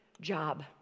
job